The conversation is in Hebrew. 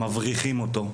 מבריחים אותו.